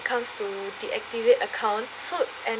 comes to deactivate account so and